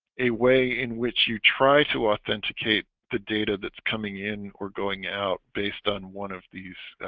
a way in which you try to authenticate the data that's coming in or going out based on one of these